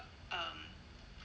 um